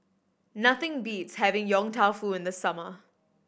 nothing beats having Yong Tau Foo in the summer